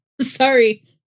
Sorry